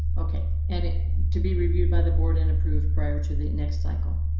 ok, and it to be reviewed by the board and approved prior to the next cycle.